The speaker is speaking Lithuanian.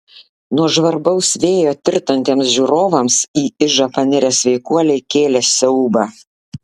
nuo žvarbaus vėjo tirtantiems žiūrovams į ižą panirę sveikuoliai kėlė siaubą